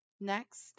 Next